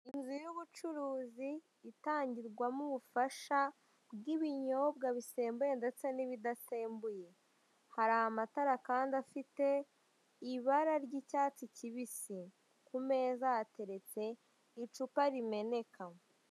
Inzu y'ubucuruzi itangirwamo ubufasha bw'ibinyobwa bisembuye ndetse n'ibidasembuye. Hari amatara kandi afite ibara ry'icyatsi kibisi. Ku meza hateretse icupa rimeneka.